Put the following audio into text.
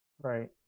right